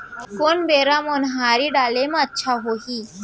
कोन बेरा म उनहारी डाले म अच्छा होही?